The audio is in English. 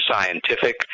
scientific